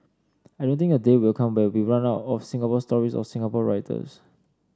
I don't think a day will come where we run out of Singapore stories or Singapore writers